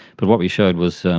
but what we showed was,